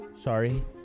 Sorry